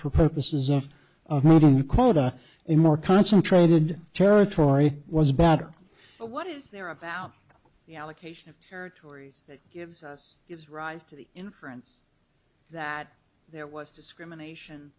for purposes of quota in more concentrated territory was better what is there about the allocation of territories that gives us gives rise to the inference that there was discrimination